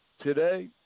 Today